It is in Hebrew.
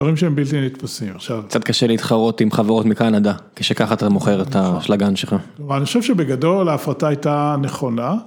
‫דברים שהם בלתי נתפסים. עכשיו... ‫-קצת קשה להתחרות עם חברות מקנדה, ‫כשככה אתה מוכר את האשלגן שלך. ‫-אני חושב שבגדול ההפרטה הייתה נכונה.